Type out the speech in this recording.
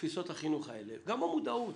תפיסות החינוך האלה גם במודעות,